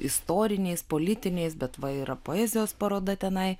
istoriniais politiniais bet va yra poezijos paroda tenai